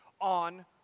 on